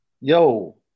Yo